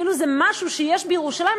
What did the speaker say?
כאילו זה משהו שיש בירושלים,